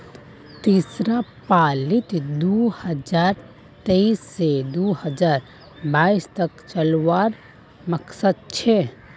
तीसरा पालीत दी हजार उन्नीस से दी हजार बाईस तक चलावार मकसद छे